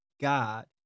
God